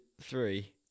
three